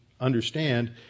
understand